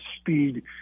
speed